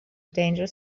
danger